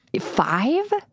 Five